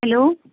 hello